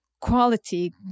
quality